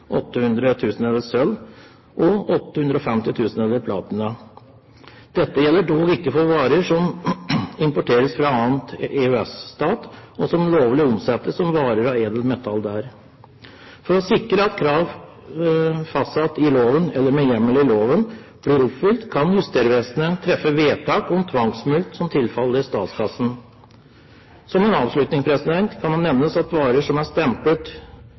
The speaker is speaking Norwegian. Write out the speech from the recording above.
Dette gjelder dog ikke for varer som importeres fra annen EØS-stat, og som lovlig omsettes som varer av edelt metall der. For å sikre at krav fastsatt i loven eller med hjemmel i loven blir oppfylt, kan Justervesenet treffe vedtak om tvangsmulkt som tilfaller statskassen. Som en avslutning kan det nevnes at varer som er